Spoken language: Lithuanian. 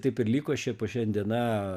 taip ir liko šia po šiandiena